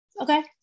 Okay